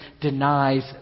denies